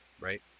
right